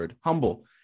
Humble